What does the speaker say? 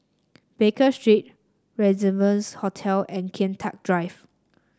Baker Street Rendezvous Hotel and Kian Teck Drive